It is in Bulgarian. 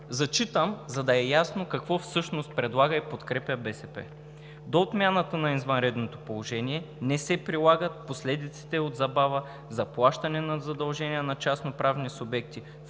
Зачитам, за да е ясно какво всъщност предлага и подкрепя БСП: „До отмяната на извънредното положение не се прилагат последиците от забава за плащане на задължения на частноправни субекти,